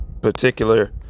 particular